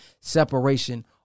separation